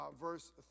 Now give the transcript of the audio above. verse